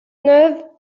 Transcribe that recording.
neuve